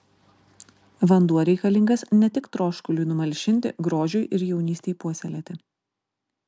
vanduo reikalingas ne tik troškuliui numalšinti grožiui ir jaunystei puoselėti